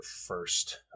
first